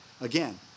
Again